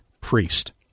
Priest